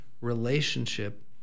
relationship